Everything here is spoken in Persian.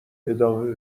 ادامه